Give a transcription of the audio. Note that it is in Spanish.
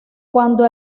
cuando